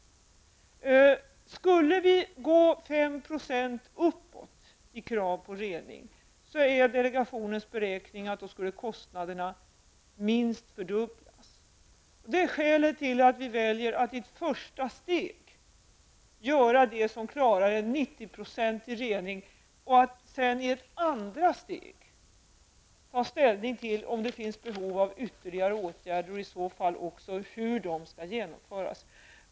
Om vi skulle gå 5 % uppåt när det gäller krav på rening är delegationens beräkning att kostnaderna skulle minst fördubblas. Det är skälet till att vi väljer att i ett första steg göra det som innebär en 90-procentig rening och att vi sedan i ett andra steg tar ställning till om det finns behov av ytterligare åtgärder och i så fall hur de skall genomföras.